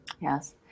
Yes